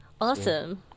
Awesome